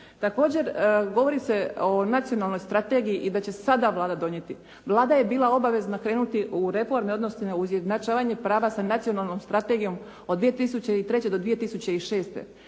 Također, govori se o nacionalnoj strategiji i da će sada Vlada donijeti. Vlada je bila obavezna krenuti u reforme, odnosno u izjednačavanje prava sa nacionalnom strategijom od 2003. do 2006.